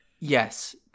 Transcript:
Yes